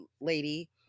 lady